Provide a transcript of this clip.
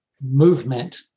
movement